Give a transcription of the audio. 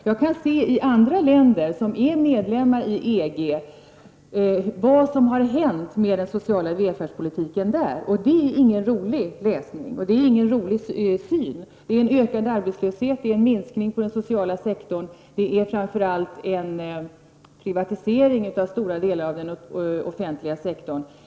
Jag har sett vad som hänt med den sociala välfärdspolitiken i länder som är medlemmar i EG, och det är ingen rolig syn. Man har fått ökad arbetslöshet, en minskning av den sociala sektorn och framför allt en privatisering av stora delar av den offentliga sektorn.